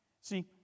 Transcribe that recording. See